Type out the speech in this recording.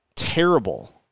Terrible